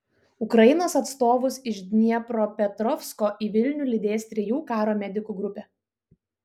ukrainos atstovus iš dniepropetrovsko į vilnių lydės trijų karo medikų grupė